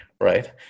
right